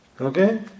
Okay